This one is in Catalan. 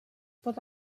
pot